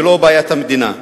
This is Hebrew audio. ולא בעיית המדינה,